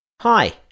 hi